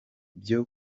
byo